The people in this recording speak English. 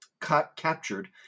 captured